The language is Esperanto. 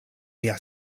mia